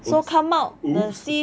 oh !oops!